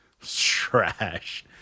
Trash